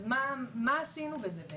אז מה עשינו בזה?